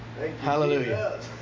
Hallelujah